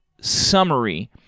summary